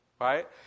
right